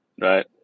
right